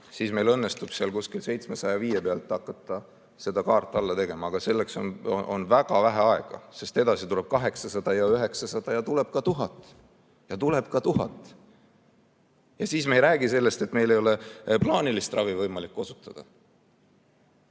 siis meil õnnestub kuskil 705 pealt hakata seda kaart alla tegema, aga selleks on väga vähe aega, sest edasi tuleb 800 ja 900 ja tuleb ka 1000. Ja tuleb ka 1000! Siis me ei räägigi sellest, et meil ei ole plaanilist ravi võimalik osutada.